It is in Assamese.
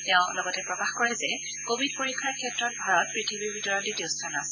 তেওঁ প্ৰকাশ কৰে যে কোৱিড পৰীক্ষাৰ ক্ষেত্ৰত ভাৰত পৃথিৱীৰ ভিতৰত দ্বিতীয় স্থানত আছে